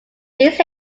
these